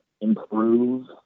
improve